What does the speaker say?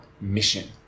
mission